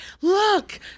look